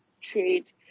trade